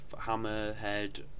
hammerhead